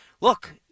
Look